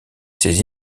ses